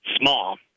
small